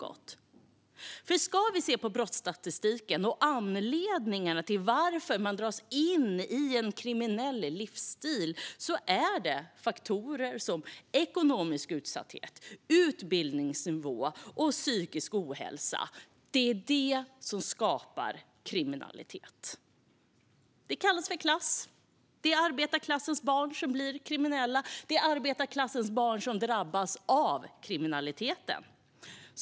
Om vi tittar på brottsstatistiken och anledningarna till att man dras in i en kriminell livsstil ser vi att det är faktorer som ekonomisk utsatthet, utbildningsnivå och psykisk ohälsa som skapar kriminalitet. Det kallas för klass. Det är arbetarklassens barn som blir kriminella, och det är arbetarklassens barn som drabbas av kriminaliteten.